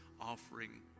offering